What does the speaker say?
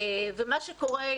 מה שקורה,